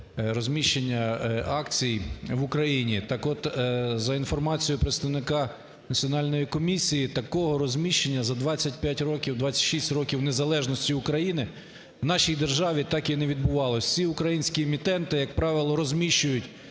розміщення акцій в Україні. Так от за інформацією представника національної комісії такого розміщення за 25 років, 26 років незалежності України в нашій державі так і не відбувалось, всі українські емітенти, як правило, розміщують